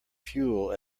fuel